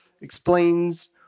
explains